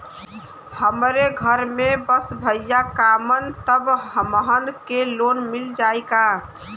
हमरे घर में बस भईया कमान तब हमहन के लोन मिल जाई का?